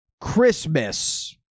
Christmas